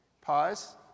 Pause